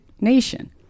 nation